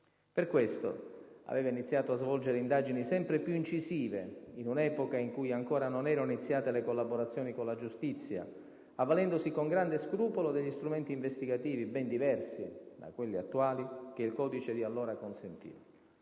Per questo aveva iniziato a svolgere indagini sempre più incisive, in un'epoca in cui ancora non erano iniziate le collaborazioni con la giustizia, avvalendosi con grande scrupolo degli strumenti investigativi - ben diversi da quelli attuali - che il codice di allora consentiva.